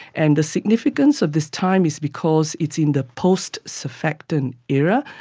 and the significance of this time is because it's in the post-surfactant era.